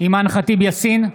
אימאן ח'טיב יאסין,